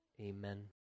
Amen